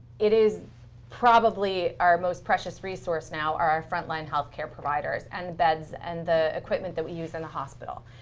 it is probably our most precious resource now, are our frontline health care providers, and beds, and the equipment that we use in the hospital.